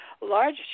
large